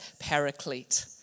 Paraclete